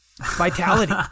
Vitality